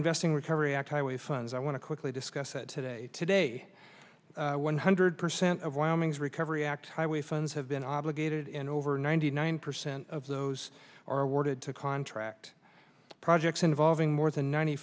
investing recovery act highway funds i want to quickly discuss it today today one hundred percent of wyoming's recovery act highway funds have been obligated in over ninety nine percent of those are awarded to contract projects involving more than ninety